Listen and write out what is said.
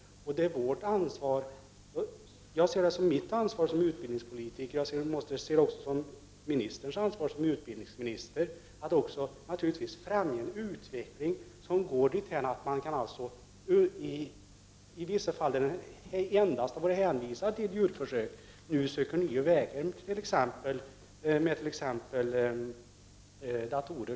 Det är mitt ansvar som utbildningspolitiker och Bengt Göranssons ansvar som utbildningsminister att främja en utveckling som går dithän att man i vissa fall, där man tidigare har varit hänvisad till djurförsök, nu söker nya vägar, t.ex. med hjälp av datorer.